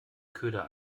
köder